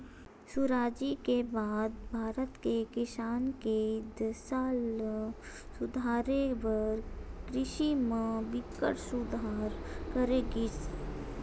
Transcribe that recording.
सुराजी के बाद भारत के किसान के दसा ल सुधारे बर कृषि म बिकट सुधार करे गिस